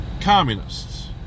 communists